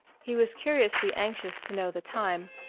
he was curiously anxious to know the time,